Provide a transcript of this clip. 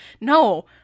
no